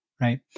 right